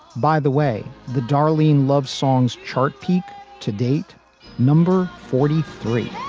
by the way, the darlene love songs chart peak to date number forty three